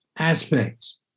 aspects